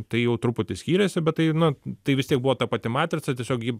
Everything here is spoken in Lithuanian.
tai jau truputį skyrėsi bet tai nu tai vis tiek buvo ta pati matrica tiesiog ji